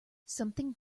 something